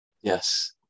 Yes